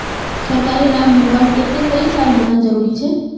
सरकारी लाभ लुबार केते कई साल होना जरूरी छे?